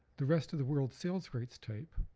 the rest of the world sales rights type,